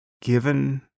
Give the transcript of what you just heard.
given